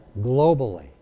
globally